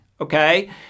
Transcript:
Okay